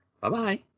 Bye-bye